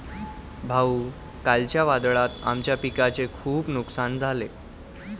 भाऊ, कालच्या वादळात आमच्या पिकाचे खूप नुकसान झाले